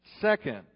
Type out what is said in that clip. Second